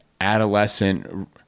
adolescent